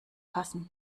fassen